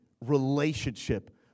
relationship